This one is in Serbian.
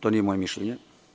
To nije moje mišljenje.